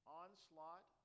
onslaught